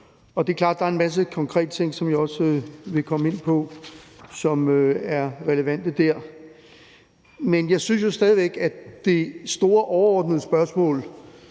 og det er klart, at der er en masse konkrete ting, som jeg også vil komme ind på, som er relevante der. Jeg synes jo stadig væk, at det store, overordnede spørgsmål,